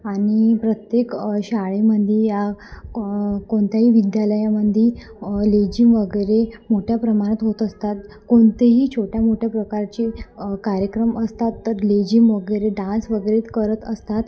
आणि प्रत्येक शाळेमध्ये या को कोणत्याही विद्यालयामध्ये लेझीम वगैरे मोठ्या प्रमाणात होत असतात कोणतेही छोट्या मोठ्या प्रकारचे कार्यक्रम असतात तर लेझीम वगैरे डान्स वगैरे करत असतात